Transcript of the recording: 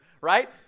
right